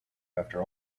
after